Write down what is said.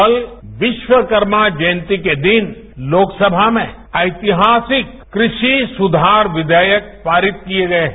कल विश्वकर्मा जयंती के दिन लोकसभा में ऐतिहासिक कृषि सुधार विधेयक पारित किए गए हैं